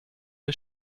wir